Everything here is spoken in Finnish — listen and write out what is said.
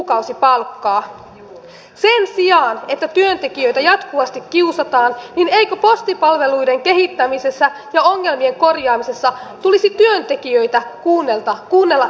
sen sijaan että työntekijöitä jatkuvasti kiusataan eikö postipalveluiden kehittämisessä ja ongelmien korjaamisessa tulisi työntekijöitä kuunnella enemmän